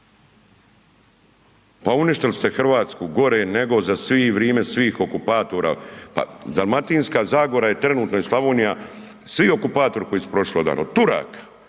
Pa uništili ste Hrvatsku gore nego za vrijeme svih okupatora, pa Dalmatinska zagora je trenutno i Slavonija, svi okupatori koji su prošli odavno, od Turaka,